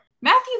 Matthew